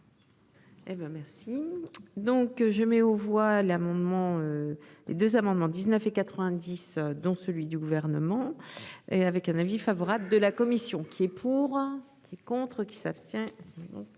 donc je mets aux voix l'amendement. Les 2 amendements, 19 et 90, dont celui du gouvernement et avec un avis favorable de la commission. Qui est pour. Qui est contre qui s'abstient.